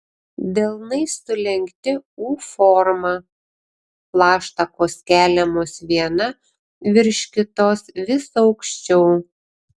delnai sulenkti u forma plaštakos keliamos viena virš kitos vis aukščiau